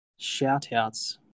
Shout-outs